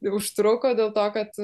užtruko dėl to kad